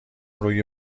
روی